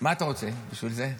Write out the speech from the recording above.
מה אתה רוצה בשביל זה?